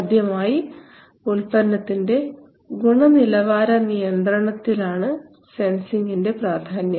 ആദ്യമായി ഉൽപ്പന്നത്തിന്റെ ഗുണനിലവാര നിയന്ത്രണത്തിലാണ് സെൻസിങിന്റെ പ്രാധാന്യം